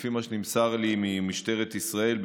לפי מה שנמסר לי ממשטרת ישראל,